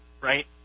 right